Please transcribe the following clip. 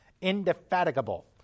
Indefatigable